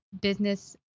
business